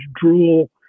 drool